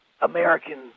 American